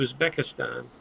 Uzbekistan